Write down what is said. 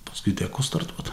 paskui teko startuot